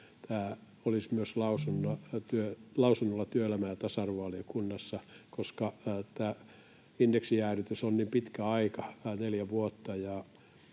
tämä olisi lausunnolla myös työelämä‑ ja tasa-arvovaliokunnassa, koska tämä indeksijäädytys on niin pitkän ajan, neljä vuotta,